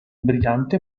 brigante